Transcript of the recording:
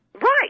Right